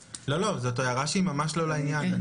זאת הערה שהיא ממש לא לעניין.